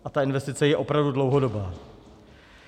A ta investice je opravdu dlouhodobá.